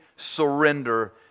surrender